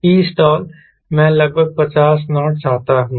Vstall मैं लगभग 50 knot चाहता हूं